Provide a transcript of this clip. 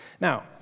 Now